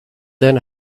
then